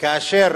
כאשר